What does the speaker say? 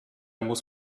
muss